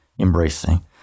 embracing